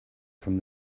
from